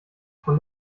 von